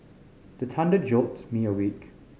the thunder jolt me awake